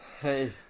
Hey